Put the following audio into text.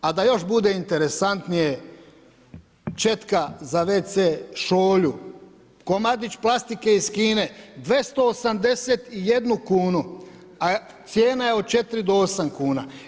A da još bude interesantnije četka za wc šolju, komadić plastike iz Kine 281 kn, a cijena je od 4-8 kn.